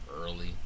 early